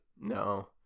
no